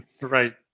Right